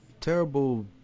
Terrible